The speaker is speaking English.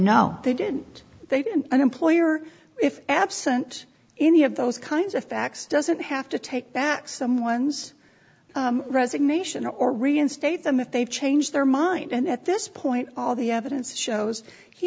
no they didn't they didn't an employer if absent any of those kinds of facts doesn't have to take back someone's resignation or reinstate them if they've changed their mind and at this point all the evidence shows he